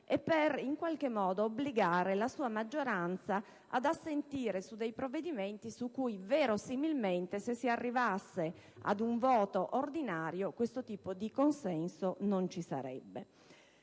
e in qualche modo per obbligare la sua maggioranza ad assentire su dei provvedimenti su cui, verosimilmente, se si arrivasse ad un voto ordinario non vi sarebbe